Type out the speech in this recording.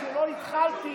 כשלא התחלתי,